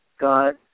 God